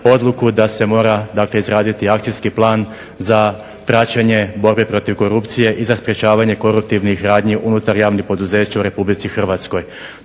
odluku da se mora izraditi akcijski plan za praćenje borbe protiv korupcije i za sprečavanje koruptivnih radnji unutar javnih poduzeća u RH. To sve je